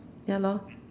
ya lor